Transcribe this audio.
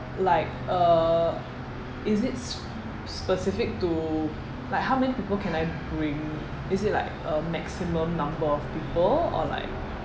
like uh is it sp~ specific to like how many people can I bring is it like a maximum number of people or like